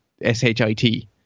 S-H-I-T